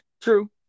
True